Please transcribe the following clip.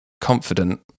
confident